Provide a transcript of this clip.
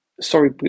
sorry